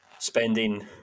spending